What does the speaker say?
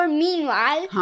meanwhile